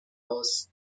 aus